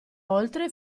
oltre